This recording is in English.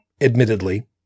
admittedly